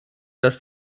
das